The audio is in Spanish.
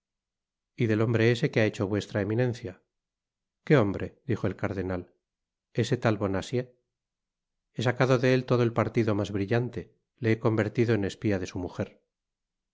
y del hombre ese qué ha hecho vuestra eminencia que hombre dijo el cardenal ese tal bonacieux he sacado de él todo el partido mas brillante le he convertido en espia de su mujer